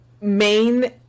main